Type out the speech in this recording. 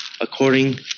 according